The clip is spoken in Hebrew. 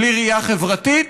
בלי ראייה חברתית,